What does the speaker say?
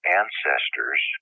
ancestors